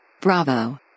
Bravo